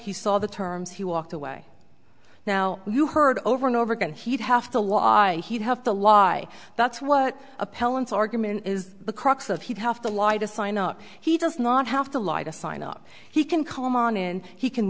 he saw the terms he walked away now you heard over and over again he'd have to lie he'd have to lie that's what appellant's argument is the crux of he'd have to light a sign up he does not have to light a sign up he can come on in he can